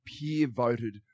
peer-voted